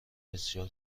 بسیار